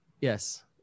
Yes